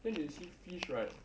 then they see fish right